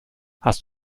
hast